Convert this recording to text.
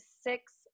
six